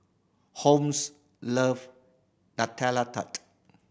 Homes love Nutella Tart